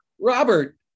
Robert